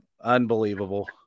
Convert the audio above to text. Unbelievable